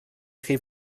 chi